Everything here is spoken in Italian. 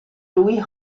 louis